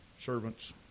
servants